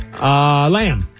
Lamb